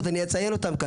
אני אציין אותן כאן.